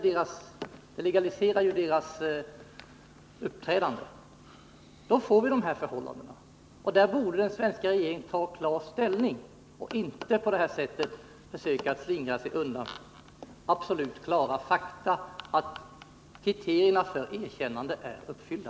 Det legaliserar ju ens uppträdande. Då får vi de här förhållandena, och där borde den svenska regeringen klart ta ställning och inte på det här sättet försöka slingra sig undan absolut klara fakta, att kriterierna för erkännande är uppfyllda.